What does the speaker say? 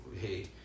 hey